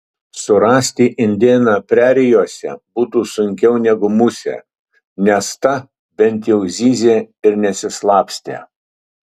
surasti indėną prerijose būtų sunkiau negu musę nes ta bent jau zyzė ir nesislapstė